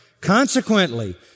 consequently